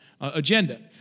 agenda